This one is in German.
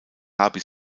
haben